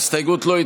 וכלה בהסתייגות 812,